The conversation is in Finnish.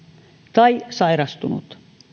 tai sairastunut